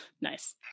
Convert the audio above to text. Nice